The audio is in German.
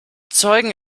zeugen